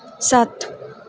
ਸੱਤ